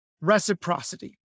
reciprocity